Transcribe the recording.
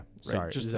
sorry